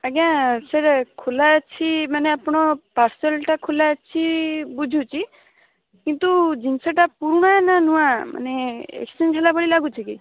ଆଜ୍ଞା ସେଇଟା ଖୋଲାଅଛି ମାନେ ଆପଣ ପାର୍ସଲ୍ଟା ଖୋଲାଅଛି ବୁଝୁଚି କିନ୍ତୁ ଜିନିଷଟା ପୁରୁଣା ନା ନୂଆ ମାନେ ଏକ୍ସଚେଞ୍ଜ ହେଲାପରି ଲାଗୁଛି କି